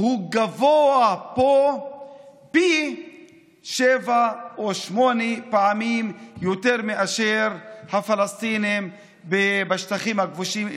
גבוה פה פי שבעה או פי שמונה פעמים יותר מאשר הפלסטינים בשטחים הכבושים,